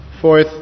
Fourth